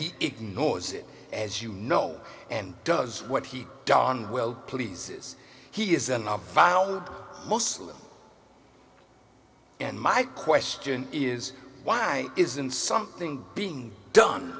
he ignores it as you know and does what he darn well pleases he isn't our file mostly and my question is why isn't something being done